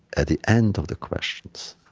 at the end of the questions,